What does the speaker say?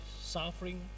suffering